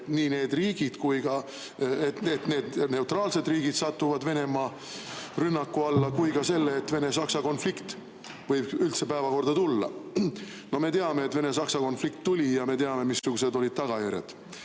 välistama nii selle, et need neutraalsed riigid satuvad Venemaa rünnaku alla, kui ka selle, et Vene-Saksa konflikt võib üldse päevakorda tulla. No me teame, et Vene-Saksa konflikt tuli, ja me teame, missugused olid tagajärjed.